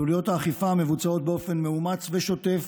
פעולות האכיפה מבוצעות באופן מאומץ בשוטף,